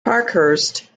parkhurst